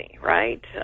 right